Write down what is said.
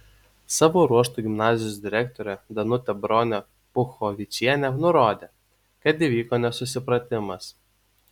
savo ruožtu gimnazijos direktorė danutė bronė puchovičienė nurodė kad įvyko nesusipratimas